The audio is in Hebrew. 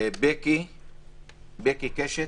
בקי קשת,